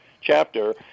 chapter